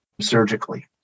surgically